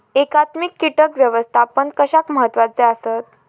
एकात्मिक कीटक व्यवस्थापन कशाक महत्वाचे आसत?